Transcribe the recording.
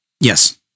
Yes